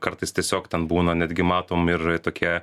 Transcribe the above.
kartais tiesiog ten būna netgi matom ir tokia